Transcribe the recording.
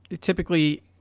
typically